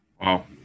Wow